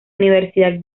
universidad